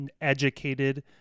educated